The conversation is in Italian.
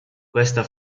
questa